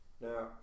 now